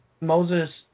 Moses